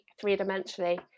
three-dimensionally